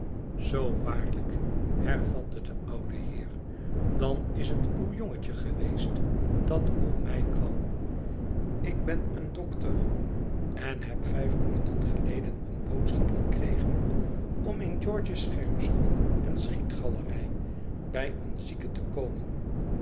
zoo waarlijk hervatte de oudeheer dan is het uw jongetje geweest dat om mij kwam ik ben een dokter en heb vijf minuten geleden eene boodschap gekregen om in george's schermschool en schietgalerij bij een zieke te komen